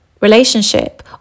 relationship